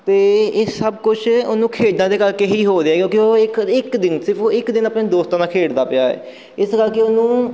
ਅਤੇ ਇਹ ਸਭ ਕੁਛ ਉਹਨੂੰ ਖੇਡਾਂ ਦੇ ਕਰਕੇ ਹੀ ਹੋ ਰਿਹਾ ਕਿਉਂਕਿ ਉਹ ਇੱਕ ਇੱਕ ਦਿਨ ਸਿਰਫ ਇੱਕ ਦਿਨ ਆਪਣੇ ਦੋਸਤਾਂ ਦਾ ਖੇਡਦਾ ਪਿਆ ਹੈ ਇਸ ਕਰਕੇ ਉਹਨੂੰ